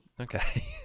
Okay